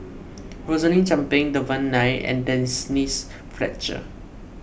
Rosaline Chan Pang Devan Nair and Denise Fletcher